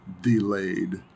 delayed